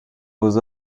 vos